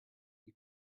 you